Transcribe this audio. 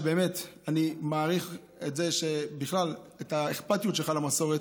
ובאמת אני מעריך את האכפתיות שלך למסורת